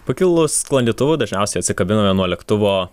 pakilus sklandytuvu dažniausiai atsikabiname nuo lėktuvo